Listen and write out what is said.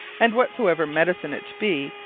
and whatsoever medicine it be,